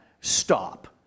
stop